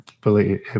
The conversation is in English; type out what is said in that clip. believe